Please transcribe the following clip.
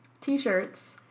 t-shirts